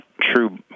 true